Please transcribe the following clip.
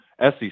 SEC